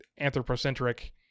anthropocentric